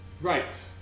right